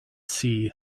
see